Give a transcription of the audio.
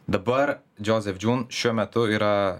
dabar džiozef džiun šiuo metu yra